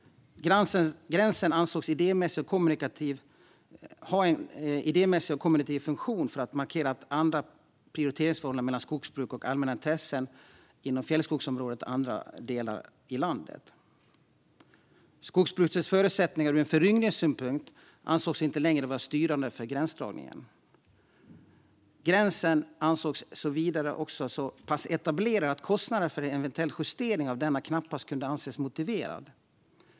Gränsen ansågs ha en idémässig och kommunikativ funktion för att markera att andra prioriteringsförhållanden mellan skogsbruk och allmänna intressen skulle råda inom fjällskogsområdet än i andra delar av landet. Skogsbrukets förutsättningar ur föryngringssynpunkt ansågs inte längre vara styrande för gränsdragningen. Gränsen ansågs vidare vara så pass etablerad att kostnaderna för en eventuell justering av denna knappast kunde anses vara motiverade.